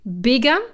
bigger